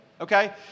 Okay